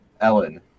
Ellen